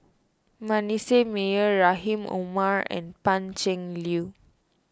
Manasseh Meyer Rahim Omar and Pan Cheng Lui